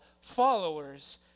followers